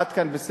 עד כאן בסדר?